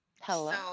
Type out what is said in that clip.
Hello